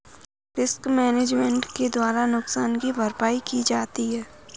risk management के द्वारा नुकसान की भरपाई की जाती है